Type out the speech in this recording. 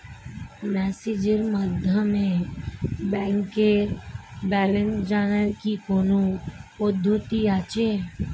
মেসেজের মাধ্যমে ব্যাংকের ব্যালেন্স জানার কি কোন পদ্ধতি আছে?